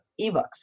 eBooks